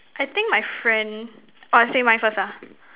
I think my friend !wah! say mine first ah